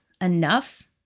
enough